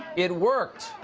it worked.